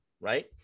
right